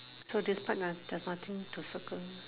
so this part not there's nothing to circle